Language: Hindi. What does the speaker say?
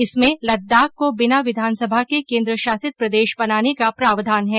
इसमें लद्दाख को बिना विधानसभा के केन्द्रशासित प्रदेश बनाने का प्रावधान है